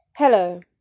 Hello